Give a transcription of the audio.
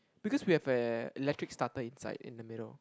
because we have an electric starter inside in the middle